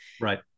right